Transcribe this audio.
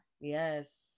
Yes